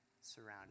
surrounded